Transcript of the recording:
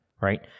Right